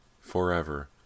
forever